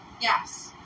Yes